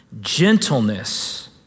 gentleness